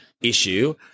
issue